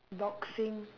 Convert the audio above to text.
boxing